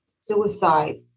suicide